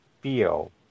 feel